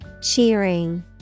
Cheering